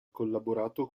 collaborato